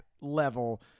level